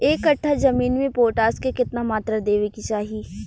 एक कट्ठा जमीन में पोटास के केतना मात्रा देवे के चाही?